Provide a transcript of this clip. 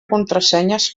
contrasenyes